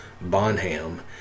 Bonham